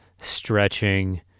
stretching